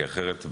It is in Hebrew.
כי אחרת,